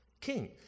King